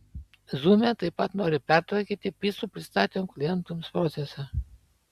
zume taip pat nori pertvarkyti picų pristatymo klientams procesą